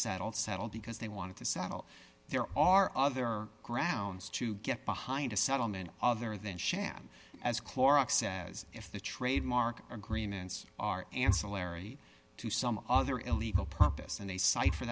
settled settled because they wanted to settle there are other grounds to get behind a settlement other than sham as clorox says if the trademark agreements are ancillary to some other illegal purpose and they cite for